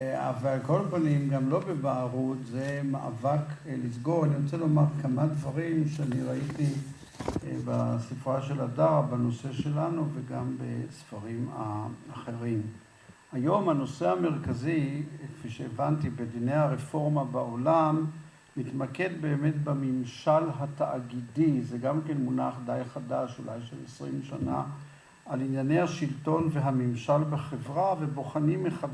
אבל כל פנים, גם לא בבערות, זה מאבק לסגור. אני רוצה לומר כמה דברים שאני ראיתי בספרה של אדר, בנושא שלנו וגם בספרים האחרים. היום הנושא המרכזי, כפי שהבנתי, בדיני הרפורמה בעולם, מתמקד באמת בממשל התאגידי, זה גם כן מונח די חדש, אולי של עשרים שנה, על ענייני השלטון והממשל בחברה ובוחנים ומח...